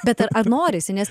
bet ar ar norisi nes